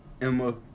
Emma